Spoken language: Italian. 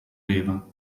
beva